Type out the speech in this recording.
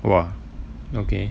!wah! okay